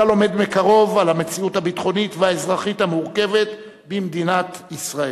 אתה לומד מקרוב על המציאות הביטחונית והאזרחית המורכבת במדינת ישראל.